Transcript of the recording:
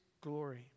glory